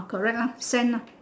correct lah sand ah